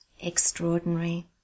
extraordinary